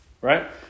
right